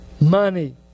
Money